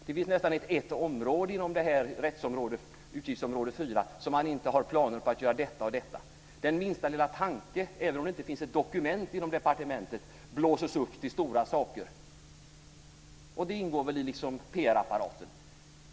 Det finns nästan inte ett område inom utgiftsområde 4 där han inte har planer på att göra det ena och det andra. Den minsta lilla tanke, även om det inte finns ett dokument inom departementet, blåses upp till stora saker. Det ingår väl liksom i PR-apparaten.